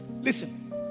listen